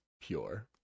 pure